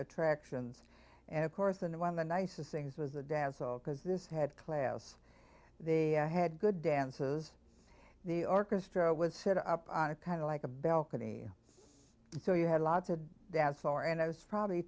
attractions and of course the one of the nicest things was the dance hall because this had class they had good dances the orchestra was set up on a kind of like a balcony so you had lots of dance floor and i was probably